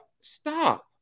stop